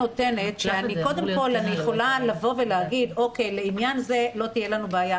אני יכולה להגיד, לעניין זה לא תהיה לנו בעיה.